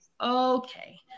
okay